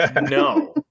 no